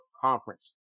Conference